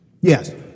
Yes